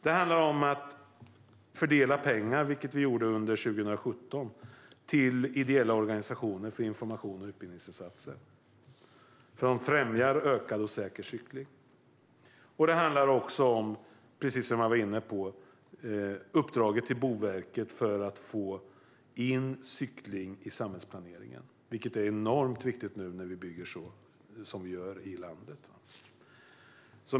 Det handlar om att fördela pengar till ideella organisationer, vilket vi gjorde under 2017, för informations och utbildningsinsatser som främjar ökad och säker cykling. Det handlar också, precis som jag var inne på, om uppdraget till Boverket att få in cykling i samhällsplaneringen, vilket är enormt viktigt när vi nu bygger som vi gör i landet.